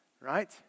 right